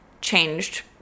changed